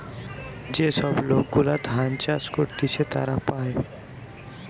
যে সব লোক গুলা ধান চাষ করতিছে তারা পায়